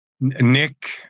nick